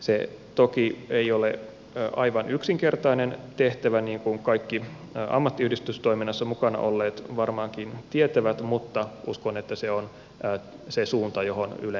se toki ei ole aivan yksinkertainen tehtävä niin kuin kaikki ammattiyhdistystoiminnassa mukana olleet varmaankin tietävät mutta uskon että se on se suunta johon ylen pitää edetä